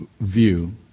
view